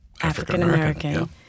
African-American